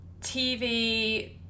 TV